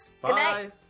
Bye